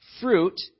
fruit